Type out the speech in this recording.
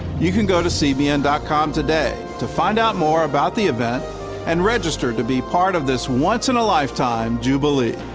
you can go to cbn dot com today to find out more about the event and register to be part of this once-in-a-lifetime jubilee.